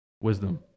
wisdom